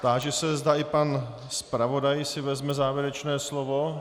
Táži se, zda i pan zpravodaj si vezme závěrečné slovo.